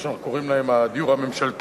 מה שאנחנו קוראים להם הדיור הממשלתי.